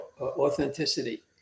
authenticity